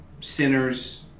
sinners